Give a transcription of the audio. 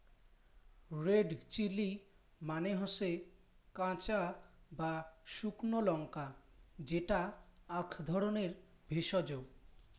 red chilli মানে হসে কাঁচা বা শুকনো লঙ্কা যেটা আক ধরণের ভেষজ